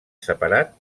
separat